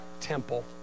temple